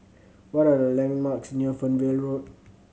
what are the landmarks near Fernvale Road